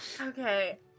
Okay